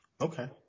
Okay